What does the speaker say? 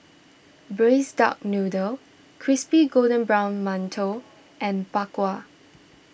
Braised Duck Noodle Crispy Golden Brown Mantou and Bak Kwa